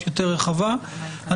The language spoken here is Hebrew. "נגישות ישראל".